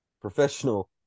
professional